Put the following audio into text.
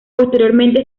posteriormente